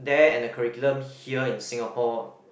there and the curriculum here in Singapore